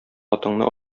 атыңны